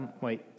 wait